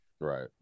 Right